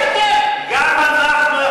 אני רואה שאתה,